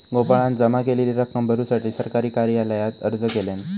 गोपाळान जमा केलेली रक्कम भरुसाठी सरकारी कार्यालयात अर्ज केल्यान